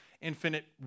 infinite